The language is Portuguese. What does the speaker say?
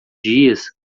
dias